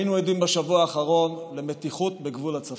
היינו עדים בשבוע האחרון למתיחות בגבול הצפון.